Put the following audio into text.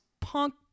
punk